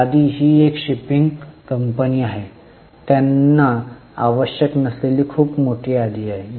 यादी ही एक शिपिंग कंपनी आहे त्यांना आवश्यक नसलेली खूप मोठी यादी आहे